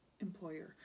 employer